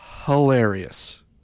hilarious